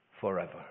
forever